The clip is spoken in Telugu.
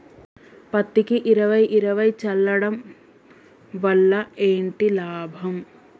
పత్తికి ఇరవై ఇరవై చల్లడం వల్ల ఏంటి లాభం?